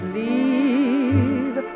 leave